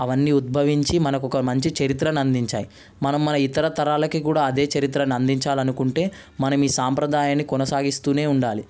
అవన్నీ ఉద్భవించి మనకు ఒక మంచి చరిత్రను అందించాయి మనం మన ఇతర తరాలకి కూడా అదే చరిత్రను అందించాలనుకుంటే మన మీ సాంప్రదాయాన్ని కొనసాగిస్తూనే ఉండాలి